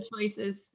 choices